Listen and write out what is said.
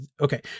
okay